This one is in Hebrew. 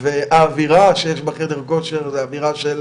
והאווירה שיש בחדר כושר זה אווירה של